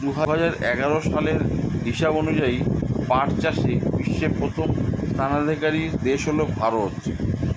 দুহাজার এগারো সালের হিসাব অনুযায়ী পাট চাষে বিশ্বে প্রথম স্থানাধিকারী দেশ হল ভারত